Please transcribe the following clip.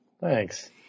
Thanks